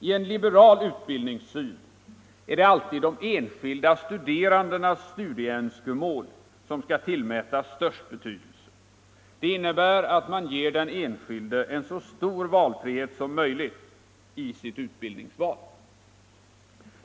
I en liberal utbildningssyn är det alltid den enskilde studerandes studieönskemål som skall tillmätas störst betydelse. Det innebär att man ger den enskilde en så stor valfrihet som möjligt i sitt utbildningsval.